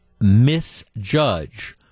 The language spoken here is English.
misjudge